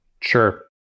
Sure